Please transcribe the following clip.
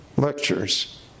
lectures